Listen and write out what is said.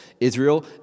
Israel